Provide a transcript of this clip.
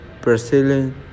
Brazilian